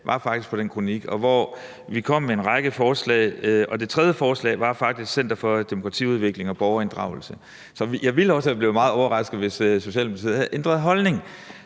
at fremsætte det her forslag, kom vi med en række forslag, og det tredje forslag var faktisk et forslag om et center for demokratiudvikling og borgerinddragelse. Så jeg ville også være blevet meget overrasket, hvis Socialdemokratiet havde ændret holdning.